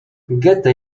goethe